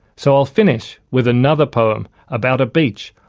so i'll finish with another poem about a beach,